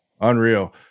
Unreal